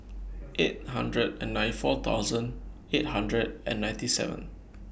eight hundred and nine four thousand eight hundred and ninety seven